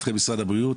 מבחינתכם משרד הבריאות,